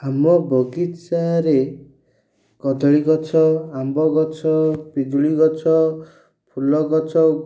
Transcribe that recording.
ଆମ ବଗିଚାରେ କଦଳୀ ଗଛ ଆମ୍ବ ଗଛ ପିଜୁଳି ଗଛ ଫୁଲ ଗଛ